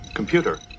Computer